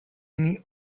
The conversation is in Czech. jiný